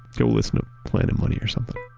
go listen to planet money or something.